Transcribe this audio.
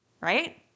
Right